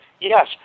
Yes